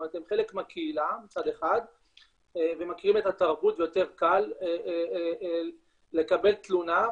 הם חלק מהקהילה מצד אחד ומכירים את התרבות ויותר קל לקבל תלונה,